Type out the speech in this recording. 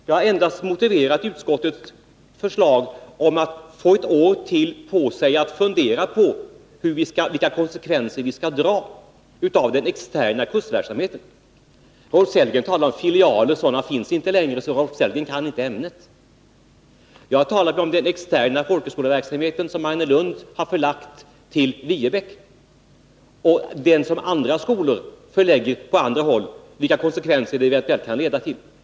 Jag har endast motiverat utskottets förslag om att få ett år till på sig för att fundera på vilka konsekvenser man skall dra av den externa kursverksamheten. Rolf Sellgren talar om filialer. Sådana finns inte längre, så Rolf Sellgren kan inte ämnet. Jag har talat om den externa folkhögskoleverksamhet som Mariannelund har förlagt till Viebäck och som andra skolor förlägger på andra håll samt vilka konsekvenser detta eventuellt kan leda till.